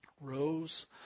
rose